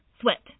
sweat